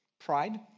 Pride